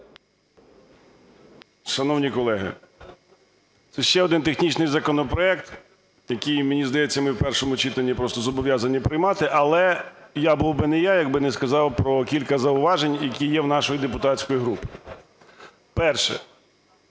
Шановні колеги, ще один технічний законопроект, який, мені здається, ми в першому читанні зобов'язані приймати. Але я був би не я, якби не сказав про кілька зауважень, які є у нашої депутатської групи. Перше.